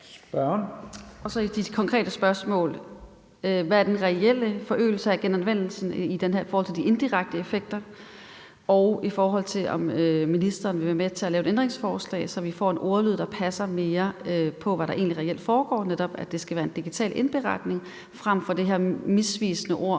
vil jeg gerne spørge: Hvad er den reelle forøgelse af genanvendelsen i forhold til de indirekte effekter? Og vil ministeren være med til at lave et ændringsforslag, så vi får en ordlyd, der passer mere til, hvad der egentlig reelt foregår, nemlig at det skal være en digital indberetning frem for det her misvisende ord,